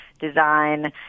design